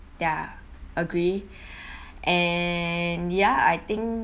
ya agree and ya I think